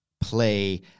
play